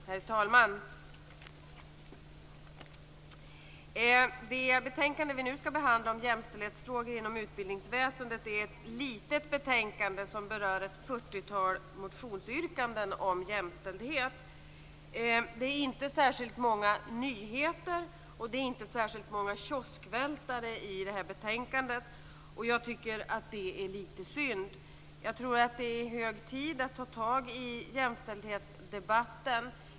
Herr talman! Vi skall nu debattera ett litet betänkande som berör jämställdhetsfrågor inom utbildningsväsendet. I betänkandet berörs ett fyrtiotal motionsyrkanden om jämställdhet. Det är inte särskilt många nyheter och inte särskilt många "kioskvältare" i betänkandet. Jag tycker att det är litet synd. Jag tror att det är hög tid att ta tag i jämställdhetsdebatten.